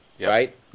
right